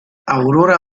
aurora